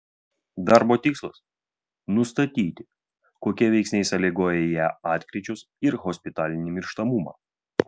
darbo tikslas nustatyti kokie veiksniai sąlygoja ie atkryčius ir hospitalinį mirštamumą